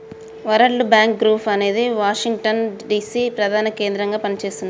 world Bank Group అనేది Washington DC ప్రధాన కేంద్రంగా పనిచేస్తున్నది